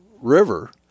river